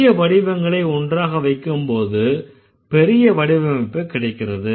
சிறிய வடிவங்களை ஒன்றாக வைக்கும்போது பெரிய வடிவமைப்பு கிடைக்கிறது